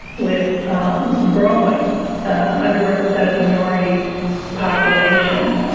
with growing underrepresented minority population.